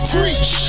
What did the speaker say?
Preach